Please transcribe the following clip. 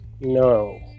No